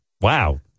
Wow